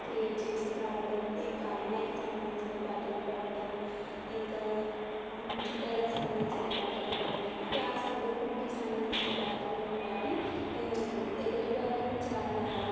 create చేసి పాడడం ఇంకా అమ్మాయికి సంబంధించిన పాటలు పాడటం ఇంకా చుట్టాలకు సంబంధించిన పాటలు పాడటం అంటే ఆ సందర్భానికి సంబంధించిన పాటలను పాడి ఎదుటివాళ్ళను చాలా